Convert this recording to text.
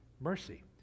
mercy